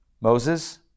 Moses